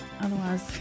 Otherwise